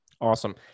Awesome